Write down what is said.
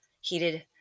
heated